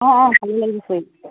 অঁ অঁ ভাব লাগিব ফুৰি কৰি